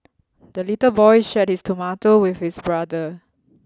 the little boy shared his tomato with his brother